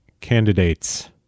candidates